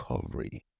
recovery